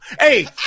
Hey